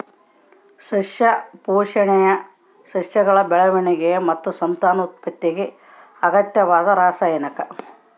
ಸಸ್ಯ ಪೋಷಣೆಯು ಸಸ್ಯಗಳ ಬೆಳವಣಿಗೆ ಮತ್ತು ಸಂತಾನೋತ್ಪತ್ತಿಗೆ ಅಗತ್ಯವಾದ ರಾಸಾಯನಿಕ